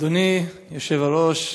אדוני היושב-ראש,